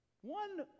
One